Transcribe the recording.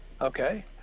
Okay